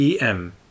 em